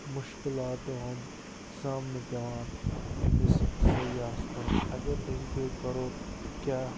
مُشکِلاتن ہُنٛد سامنہٕ پٮ۪وان أمِس سیاہس کَرُن اگر أسۍ بیٚیہِ کَرو کیٛاہ